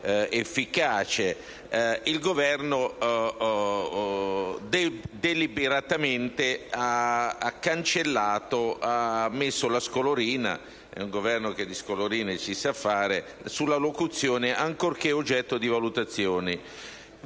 efficaci. Il Governo ha deliberatamente cancellato e messo la scolorina - è un Governo che, con le scolorine, ci sa fare - sulla locuzione «ancorché oggetto di valutazioni».